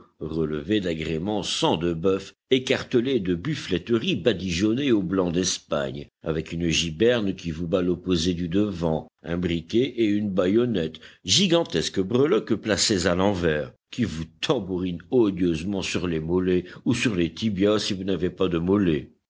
relevé d'agréments sang de bœuf écartelé de buffleteries badigeonnées au blanc d'espagne avec une giberne qui vous bat l'opposé du devant un briquet et une baïonnette gigantesques breloques placées à l'envers qui vous tambourinent odieusement sur les mollets ou sur les tibias si vous n'avez pas de mollets